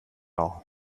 all